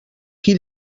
qui